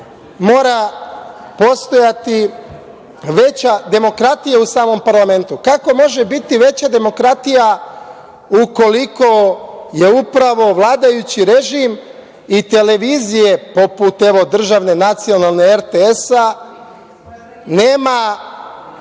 mora postojati veća demokratija u samom parlamentu? Kako može biti veća demokratija ukoliko je upravo vladajući režim i televizija poput, evo državne nacionalne RTS-a, nema,